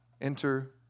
Enter